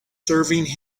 serving